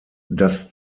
das